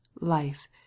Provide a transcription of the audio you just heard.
life